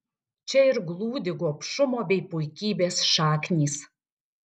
čia ir glūdi gobšumo bei puikybės šaknys